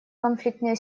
конфликтные